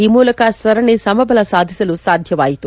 ಈ ಮೂಲಕ ಸರಣಿ ಸಮಬಲ ಸಾಧಿಸಲು ಸಾಧ್ಯವಾಯಿತು